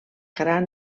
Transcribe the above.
gran